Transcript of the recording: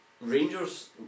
Rangers